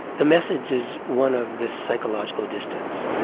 the message is one of the psychological distance.